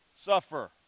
suffer